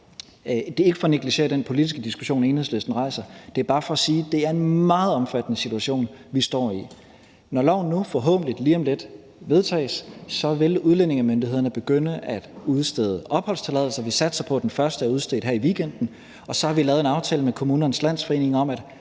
det er ikke for at negligere den politiske diskussion, Enhedslisten rejser, men det er bare for at sige, at det er en meget omfattende situation, vi står i. Når loven nu forhåbentlig lige om lidt vedtages, vil udlændingemyndighederne begynde at udstede opholdstilladelser, og vi satser på, at den første er udstedt her i weekenden, og så har vi lavet en aftale med Kommunernes Landsforening om,